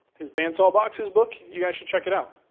his bandsaw boxes book? you guys should check it out.